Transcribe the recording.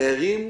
הדיירים,